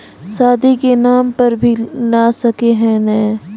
शादी के नाम पर भी ला सके है नय?